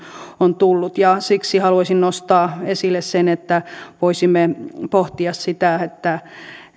on tullut siksi haluaisin nostaa esille sen että voisimme pohtia sitä